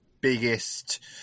biggest